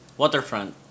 waterfront